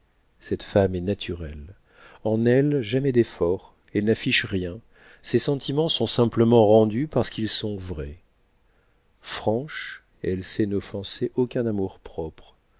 cette femme est naturelle en elle jamais d'effort elle n'affiche rien ses sentiments sont simplement rendus parce qu'ils sont vrais franche elle sait n'offenser aucun